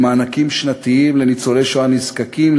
למענקים שנתיים לניצולי שואה נזקקים,